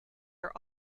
are